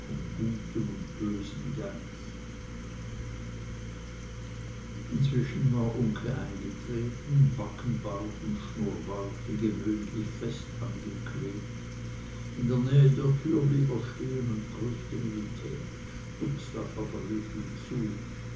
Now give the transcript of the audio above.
guten und bösen geist inzwischen war uncke eingetreten backenbart und schnurrbart wie gewöhnlich fest angeklebt in der nähe der tür blieb er stehen und grüßte militärisch dubslav aber rief ihm zu